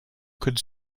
could